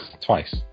Twice